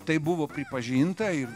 tai buvo pripažinta ir